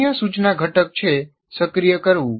અન્ય સૂચના ઘટક છે સક્રિય કરવું